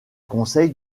conseil